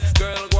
girl